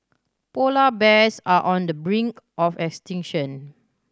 polar bears are on the brink of extinction